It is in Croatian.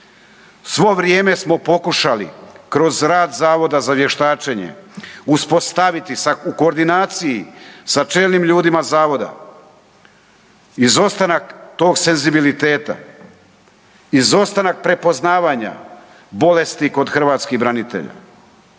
Svo vrijeme smo pokušali kroz rad Zavoda za vještačenje uspostaviti sa koordinaciji sa čelnim ljudima zavoda izostanak tog senzibiliteta, izostanak prepoznavanja bolesti kod hrvatskih branitelja